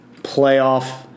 playoff